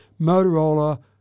Motorola